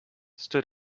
stood